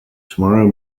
tomorrow